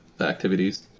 activities